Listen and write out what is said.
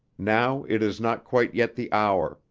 now it is not quite yet the hour,